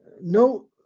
no